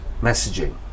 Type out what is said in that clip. messaging